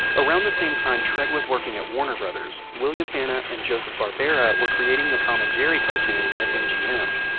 around the same time treg was working at warner brothers, william hanna and joseph barbera were creating the tom and jerry cartoons at mgm.